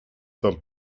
third